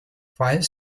file